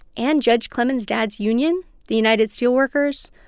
and judge clemon's dad's union, the united steelworkers,